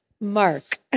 Mark